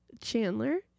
Chandler